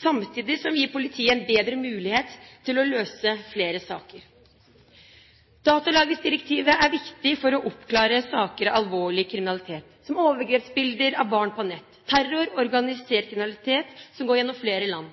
samtidig som vi gir politiet en bedre mulighet til å løse flere saker. Datalagringsdirektivet er viktig for å oppklare alvorlig kriminalitet, som overgrepsbilder av barn på nett, terror og organisert kriminalitet som går gjennom flere land.